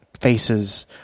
faces